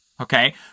Okay